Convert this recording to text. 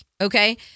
Okay